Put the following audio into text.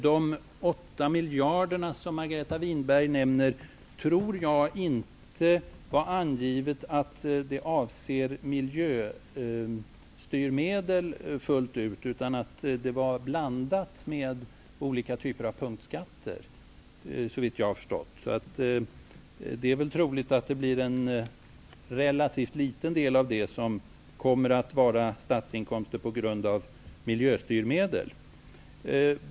Jag tror inte att det var angivet att de 8 miljarder som Margareta Winberg nämner fullt ut avser styrmedel när det gäller miljön. Det är olika typer av punktskatter, såvitt jag har förstått. Det är troligt att en relativt liten del av detta belopp kommer att bestå av statsinkomster till följd av sådana styrmedel.